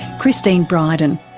christine bryden,